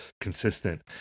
consistent